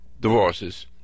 divorces